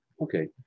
Okay